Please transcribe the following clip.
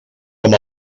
com